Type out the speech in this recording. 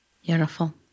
Beautiful